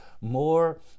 more